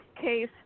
case